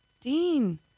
Dean